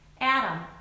Adam